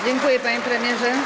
Dziękuję, panie premierze.